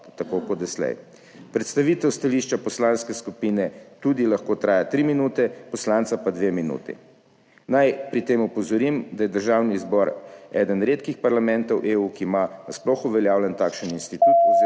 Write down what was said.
tako kot doslej, predstavitev stališča poslanske skupine tudi lahko traja tri minute, poslanca pa dve minuti. Naj pri tem opozorim, da je Državni zbor eden redkih parlamentov EU, ki ima na sploh uveljavljen takšen institut oziroma